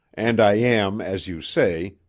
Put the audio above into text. and i am, as you say,